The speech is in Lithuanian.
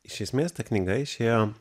iš esmės ta knyga išėjo